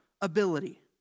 ability